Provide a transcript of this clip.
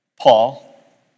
Paul